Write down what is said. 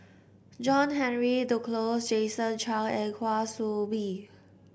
John Henry Duclos Jason Chan and Kwa Soon Bee